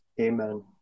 Amen